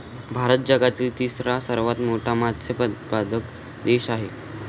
भारत जगातील तिसरा सर्वात मोठा मत्स्य उत्पादक देश आहे